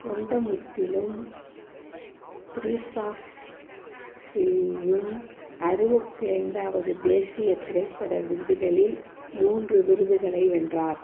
தொண்டமுத்தலும் த்ரிக்ஷாக்ஷியும் அறுபத்தி ஐந்தாவது தேசிய திரைப்பட விருதுகளில் மூன்று விருதுகளை வென்றார்